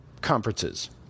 conferences